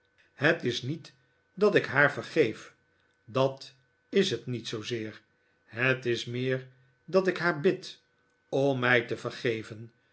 het is niet dat ik haar vergeef dat is het niet zoozeer het is meer dat ik haar bid om mij te vergeven